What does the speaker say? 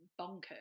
bonkers